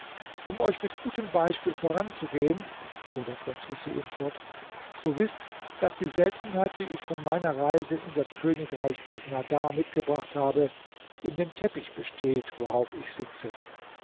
um euch mit gutem beispiel voranzugehen fuhr der prinz husein fort so wißt daß die seltenheit die ich von meiner reise in das königreich bisnagar mitgebracht habe in dem teppich besteht worauf ich sitze